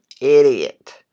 idiot